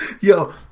Yo